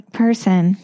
person